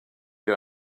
you